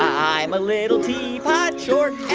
i'm a little teapot, short